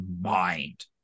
mind